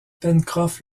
pencroff